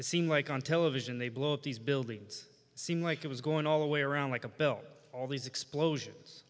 it seemed like on television they blow up these buildings seem like it was going all the way around like a belt all these explosions